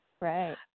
right